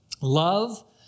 Love